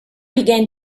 began